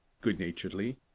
good-naturedly